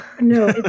No